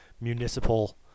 municipal